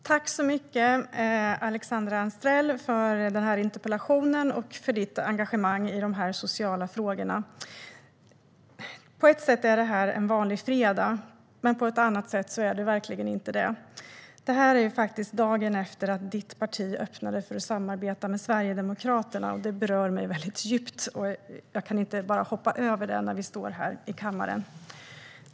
Herr talman! Tack så mycket, Alexandra Anstrell, för interpellationen och för ditt engagemang i de här sociala frågorna! På ett sätt är det en vanlig fredag, men på ett annat sätt är det verkligen inte det. Det är faktiskt dagen efter det att ditt parti öppnade för att samarbeta med Sverigedemokraterna. Det berör mig väldigt djupt. Jag kan inte bara hoppa över det när vi står här i kammaren.